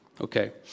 Okay